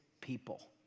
people